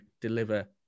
deliver